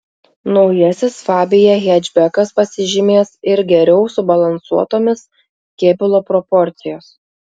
naujasis fabia hečbekas pasižymės ir geriau subalansuotomis kėbulo proporcijos